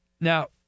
Now